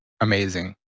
amazing